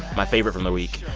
my favorite from the week,